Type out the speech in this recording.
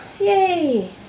Yay